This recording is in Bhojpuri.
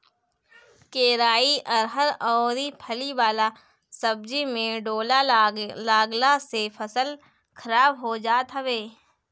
केराई, अरहर अउरी फली वाला सब्जी में ढोला लागला से फसल खराब हो जात हवे